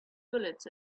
bullets